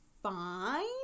fine